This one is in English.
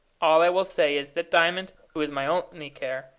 all i will say is, that diamond, who is my only care,